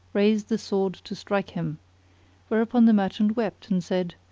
raised the sword to strike him whereupon the merchant wept, and said,